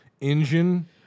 engine